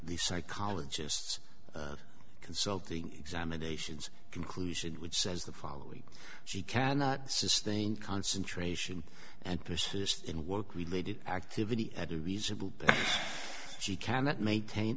the psychologists consulting examinations conclusion which says the following she cannot sustain concentration and persist in work related activity at a reasonable she cannot maintain